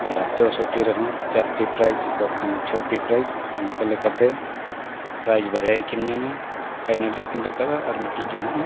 ᱟᱨ ᱪᱳᱥᱚᱴᱴᱤ ᱨᱮᱦᱚᱸ ᱪᱟᱨᱴᱤ ᱯᱨᱟᱭᱤᱡᱽ ᱵᱟᱠᱷᱟᱱ ᱪᱷᱚ ᱴᱤ ᱯᱨᱟᱭᱤᱡᱽ ᱚᱱᱠᱟ ᱞᱮᱠᱟᱛᱮ ᱯᱨᱟᱭᱤᱡᱽ ᱵᱟᱨᱭᱟ ᱜᱮᱠᱤᱱ ᱧᱟᱢᱟ ᱯᱷᱟᱭᱱᱮᱞ ᱨᱮᱠᱤᱱ ᱨᱟᱠᱟᱵᱼᱟ ᱟᱨ ᱢᱤᱫᱴᱤᱱ ᱜᱮ ᱱᱟᱦᱟᱸᱜ ᱮ